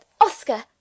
Oscar